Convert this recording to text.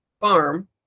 farm